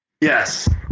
Yes